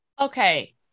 Okay